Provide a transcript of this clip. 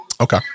okay